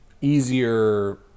easier